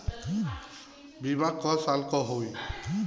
बीमा क साल क होई?